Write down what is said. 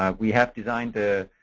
um we have designed the